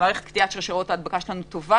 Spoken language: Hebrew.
שמערכת גדיעת שרשראות ההדבקה שלנו טובה